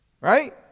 Right